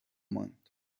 ماند